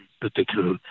particular